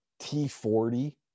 t40